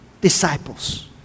disciples